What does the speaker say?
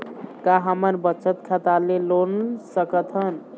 का हमन बचत खाता ले लोन सकथन?